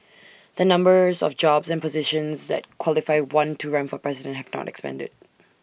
the numbers of jobs and positions that qualify one to run for president have not expanded